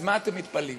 אז מה אתם מתפלאים